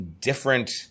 different